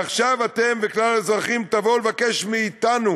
מעכשיו אתם וכלל האזרחים תבואו לבקש מאתנו